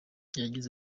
yagize